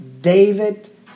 David